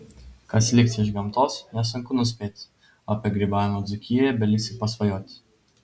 kas liks iš gamtos nesunku nuspėti o apie grybavimą dzūkijoje beliks tik pasvajoti